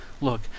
Look